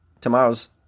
Tomorrow's